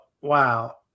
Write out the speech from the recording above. wow